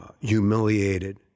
humiliated